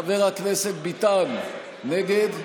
חבר הכנסת ביטן, נגד,